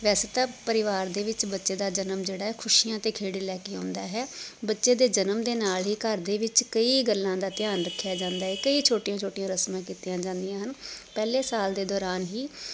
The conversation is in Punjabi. ਵੈਸੇ ਤਾਂ ਪਰਿਵਾਰ ਦੇ ਵਿੱਚ ਬੱਚੇ ਦਾ ਜਨਮ ਜਿਹੜਾ ਖੁਸ਼ੀਆਂ ਅਤੇ ਖੇੜੇ ਲੈ ਕੇ ਆਉਂਦਾ ਹੈ ਬੱਚੇ ਦੇ ਜਨਮ ਦੇ ਨਾਲ ਹੀ ਘਰ ਦੇ ਵਿੱਚ ਕਈ ਗੱਲਾਂ ਦਾ ਧਿਆਨ ਰੱਖਿਆ ਜਾਂਦਾ ਹੈ ਕਈ ਛੋਟੀਆਂ ਛੋਟੀਆਂ ਰਸਮਾਂ ਕੀਤੀਆਂ ਜਾਂਦੀਆਂ ਹਨ ਪਹਿਲੇ ਸਾਲ ਦੇ ਦੌਰਾਨ ਹੀ